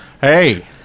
Hey